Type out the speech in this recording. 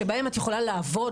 שבהם את יכולה לעבוד,